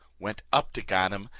went up to ganem,